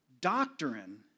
Doctrine